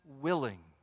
willing